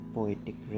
Poetic